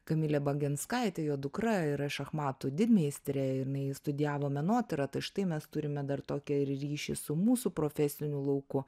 kamilė baginskaitė jo dukra yra šachmatų didmeistrė jinai studijavo menotyrą tai štai mes turime dar tokį ir ryšį su mūsų profesiniu lauku